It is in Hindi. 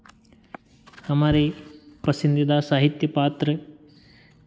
हमारे पसंदीदा साहित्य पात्र